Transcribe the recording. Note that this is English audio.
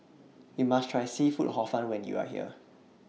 YOU must Try Seafood Hor Fun when YOU Are here